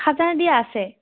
খাজনা দিয়া আছে